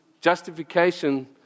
justification